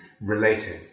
relating